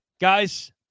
Guys